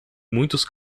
muitos